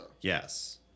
Yes